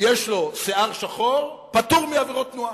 שיש לו שיער שחור פטור מעבירות תנועה,